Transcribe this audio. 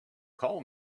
call